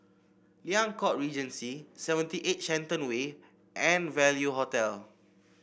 Liang Court Regency Seventy eight Shenton Way and Value Hotel